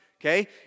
Okay